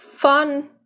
Fun